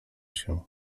się